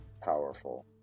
powerful